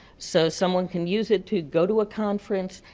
so someone can use it to go to a conference,